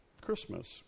Christmas